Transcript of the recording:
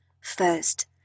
First